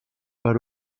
per